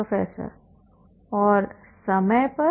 professor और समय पर